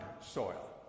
soil